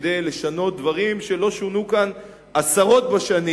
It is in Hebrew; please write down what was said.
כדי לשנות דברים שלא שונו כאן עשרות בשנים.